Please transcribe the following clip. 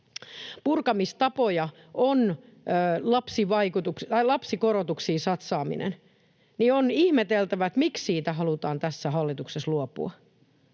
purkamistapoja on lapsikorotuksiin satsaaminen, niin on ihmeteltävä, miksi siitä halutaan tässä hallituksessa luopua.